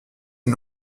est